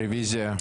רביזיה.